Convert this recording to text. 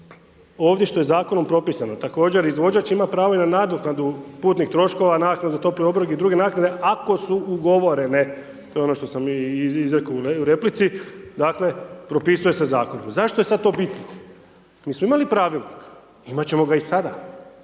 ovdje što je zakonom propisano, također izvođač ima pravo i na nadoknadu putnih troškova, naknadu za topli obrok i druge naknade ako su ugovorene, ono što smo mi izrekli u replici. Dakle, propisuje se zakonom. Zašto je sad to bitno? Mi smo imali pravilnik, imat ćemo ga i sada.